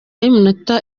y’iminota